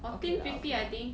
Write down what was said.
okay lah okay lah